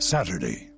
Saturday